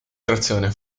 trazione